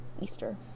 Easter